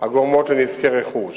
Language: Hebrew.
הגורמות לנזקי רכוש.